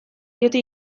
diote